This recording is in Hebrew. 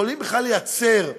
יכולים בכלל ליצור שינוי?